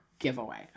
giveaway